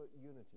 unity